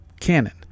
Canon